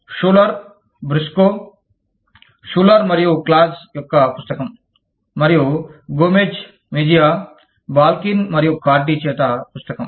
Schuler Briscoe Schuler మరియు క్లాజ్Schuler Briscoe Schuler and Claus యొక్క పుస్తకం మరియు గోమెజ్ మెజియా బాల్కిన్ మరియు కార్డిGomez Mejia Balkin and Cardy చేత పుస్తకం